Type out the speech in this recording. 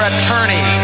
attorney